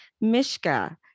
Mishka